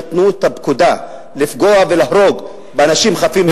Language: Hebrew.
שנתנו את הפקודה לפגוע ולהרוג באנשים חפים מפשע.